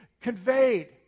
conveyed